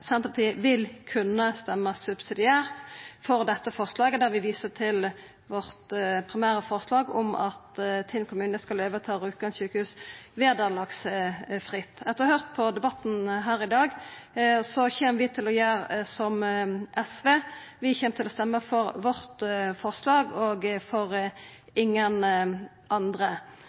Senterpartiet vil kunna stemma subsidiært for dette forslaget, der vi viser til vårt primære forslag om at Tinn kommune skal overta Rjukan sykehus vederlagsfritt. Etter å høyrt på debatten her i dag kjem vi til å gjera som SV – vi kjem til å stemma for vårt forslag og ingen andre.